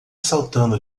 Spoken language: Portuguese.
saltando